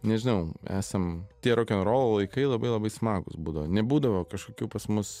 nežinau esam tie rokenrolo laikai labai labai smagūs būdo nebūdavo kažkokių pas mus